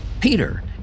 peter